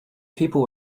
people